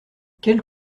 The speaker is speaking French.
quels